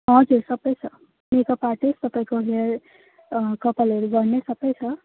हजुर सबै छ मेक अप आर्टिस्ट तपाईँको हेयर कपालहरू गर्ने सबै छ